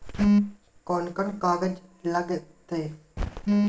कौन कौन कागज लग तय?